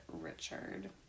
Richard